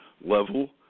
level